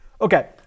okay